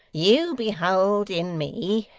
you behold in me,